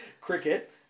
cricket